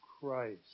Christ